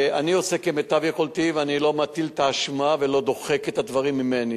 אני עושה כמיטב יכולתי ואני לא מטיל את האשמה ולא דוחק את הדברים ממני.